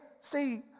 see